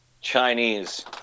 Chinese